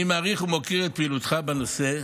אני מעריך ומוקיר את פעילותך בנושא.